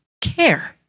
care